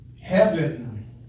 Heaven